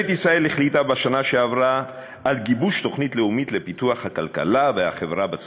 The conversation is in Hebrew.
ישיב לו השר לפיתוח הפריפריה,